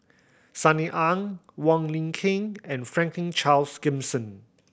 Sunny Ang Wong Lin Ken and Franklin Charles Gimson